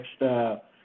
next